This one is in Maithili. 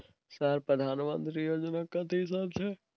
सर प्रधानमंत्री योजना कथि सब छै?